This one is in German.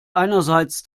einerseits